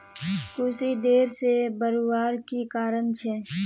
कुशी देर से बढ़वार की कारण छे?